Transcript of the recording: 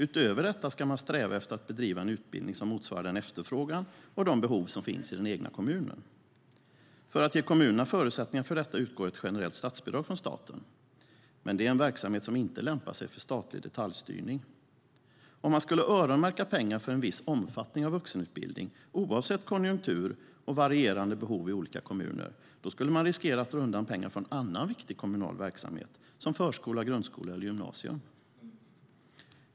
Utöver detta ska man sträva efter att bedriva en utbildning som motsvarar den efterfrågan och de behov som finns i den egna kommunen. För att ge kommunerna förutsättningar för detta utgår ett generellt statsbidrag från staten, men det är en verksamhet som inte lämpar sig för statlig detaljstyrning. Om man skulle öronmärka pengar för en viss omfattning av vuxenutbildning, oavsett konjunktur och varierande behov i olika kommuner, skulle man riskera att dra undan pengar från annan viktig kommunal verksamhet som förskola, grundskola eller gymnasium.